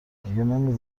نمی